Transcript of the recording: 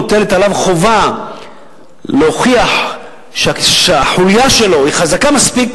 מוטלת עליו חובה להוכיח שהחוליה שלו חזקה מספיק